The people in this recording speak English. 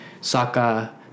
Saka